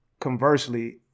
conversely